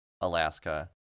Alaska